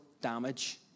damage